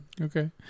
Okay